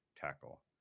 tackle